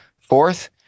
fourth